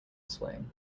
swing